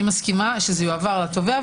היא מסכימה שיועבר לתובע,